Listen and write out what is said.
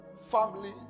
family